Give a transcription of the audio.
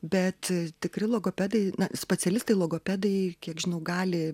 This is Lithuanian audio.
bet tikri logopedai specialistai logopedai kiek žinau gali